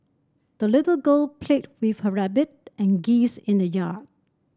the little girl played with her rabbit and geese in the yard